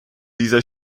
dieser